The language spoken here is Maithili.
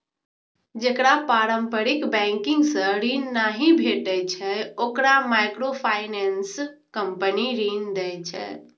जेकरा पारंपरिक बैंकिंग सं ऋण नहि भेटै छै, ओकरा माइक्रोफाइनेंस कंपनी ऋण दै छै